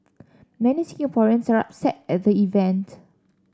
many Singaporeans are upset at the event